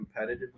competitively